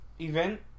event